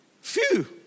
Phew